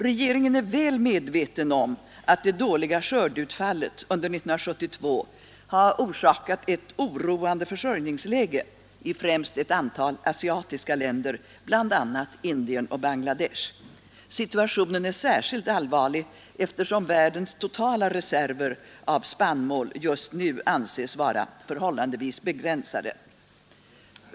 Regeringen är väl medveten om att det dåliga skördeutfallet under 1972 har orsakat ett oroande försörjningsläge i främst ett antal asiatiska länder, bl.a. Indien och Bangladesh. Situationen är särskilt allvarlig, eftersom världens totala reserver av spannmål just nu anses vara förhållandevis begränsade.